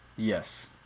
yes